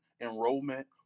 enrollment